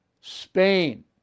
Spain